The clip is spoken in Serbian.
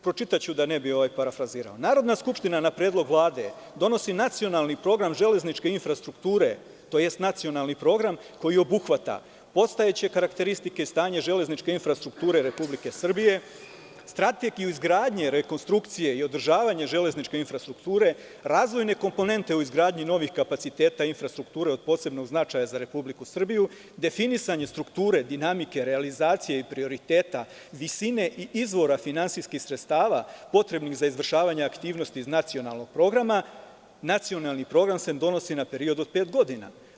Pročitaću da ne bih parafrazirao – Narodna skupština na Predlog Vlade donosi nacionalni program železničke infrastrukture tj. nacionalni program koji obuhvata postojeće karakteristike i stanje železničke infrastrukture Republike Srbije, strategiju izgradnje, rekonstrukcije i održavanje železničke infrastrukture, razvojne komponente u izgradnji novih kapaciteta infrastrukture od posebnog značaja za Republiku Srbiju, definisanje strukture dinamike, realizacije i prioriteta, visine i izvora finansijskih sredstava potrebnih za izvršavanje aktivnosti iz nacionalnog programa, nacionalni program se donosi na period od pet godina.